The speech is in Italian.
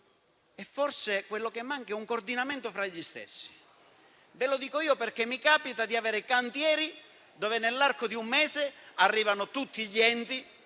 - e quello che manca è un coordinamento fra di loro. Ve lo dico perché mi capita di avere cantieri dove nell'arco di un mese arrivano tutti gli enti